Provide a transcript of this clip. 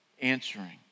answering